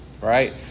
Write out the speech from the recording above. right